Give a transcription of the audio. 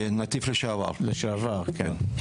לשעבר.